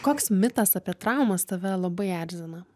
koks mitas apie traumas tave labai erzina